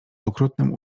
okrutnym